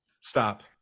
stop